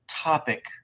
Topic